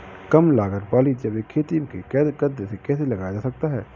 कम लागत वाली जैविक खेती में कद्दू कैसे लगाया जा सकता है?